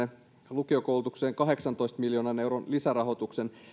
lukiokoulutukseen kahdeksantoista miljoonan euron lisärahoituksen